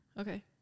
Okay